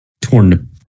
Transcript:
torn